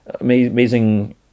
amazing